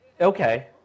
Okay